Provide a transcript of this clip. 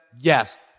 Yes